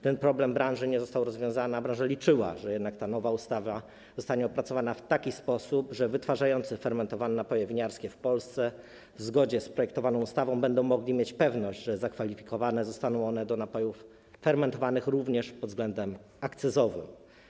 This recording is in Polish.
Ten problem branży nie został rozwiązany, a branża liczyła, że jednak ta nowa ustawa zostanie opracowana w taki sposób, że wytwarzający fermentowane napoje winiarskie w Polsce w zgodzie z projektowaną ustawą będą mogli mieć pewność, że napoje te zostaną zakwalifikowane do napojów fermentowanych również pod względem akcyzowym.